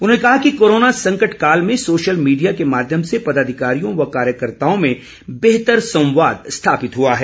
उन्होंने कहा कि कोरोना संकट काल में सोशल मीडिया के माध्यम से पदाधिकारियों व कार्यकर्ताओं में बेहतर संवाद स्थापित हुआ है